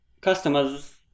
customers